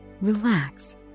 Relax